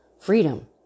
freedom